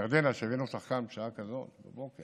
ירדנה, שהבאנו אותך לכאן בשעה כזאת בבוקר.